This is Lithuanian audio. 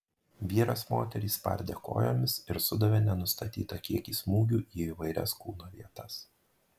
vyras moterį spardė kojomis ir sudavė nenustatytą kiekį smūgių į įvairias kūno vietas